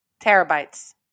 Terabytes